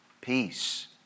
peace